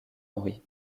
henry